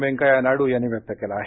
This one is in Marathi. वेंकय्या नायडू यांनी व्यक्त केलं आहे